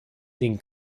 den